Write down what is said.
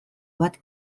bat